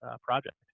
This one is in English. project